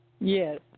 Yes